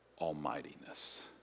almightiness